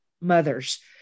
mothers